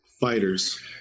Fighters